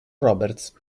roberts